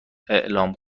اعلام